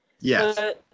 Yes